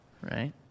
right